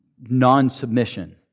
non-submission